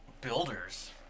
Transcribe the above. builders